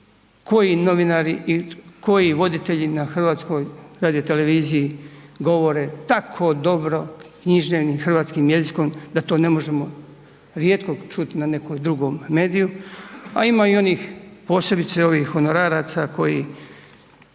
koji novinari i koji voditelji na HRT-u govore tako dobro književnim hrvatskim jezikom da to ne možemo rijetko čut na nekom drugom mediju a ima i onih posebice ovih honoraraca koji